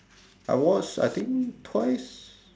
I watched I think twice